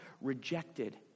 rejected